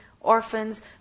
orphans